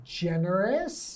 generous